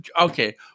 Okay